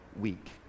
week